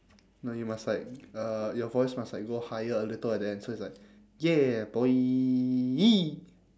no you must like uh your voice must like go higher a little at the end so it's like ya boy